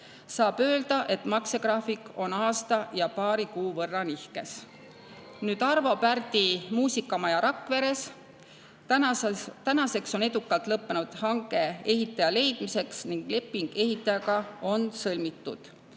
Saab öelda, et maksegraafik on aasta ja paari kuu võrra nihkes. Arvo Pärdi [nimeline] muusikamaja Rakveres. Tänaseks on edukalt lõppenud hange ehitaja leidmiseks ning leping ehitajaga on sõlmitud.